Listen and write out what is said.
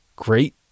great